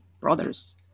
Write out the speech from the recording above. brothers